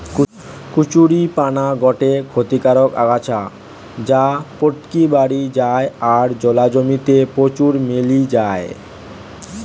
কচুরীপানা গটে ক্ষতিকারক আগাছা যা পটকি বাড়ি যায় আর জলা জমি তে প্রচুর মেলি যায়